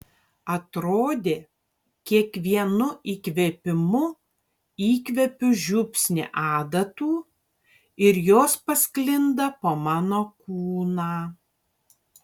atrodė kiekvienu įkvėpimu įkvepiu žiupsnį adatų ir jos pasklinda po mano kūną